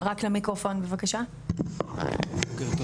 בוקר טוב,